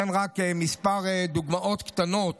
אתן רק כמה דוגמאות קטנות